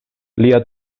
lia